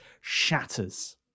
shatters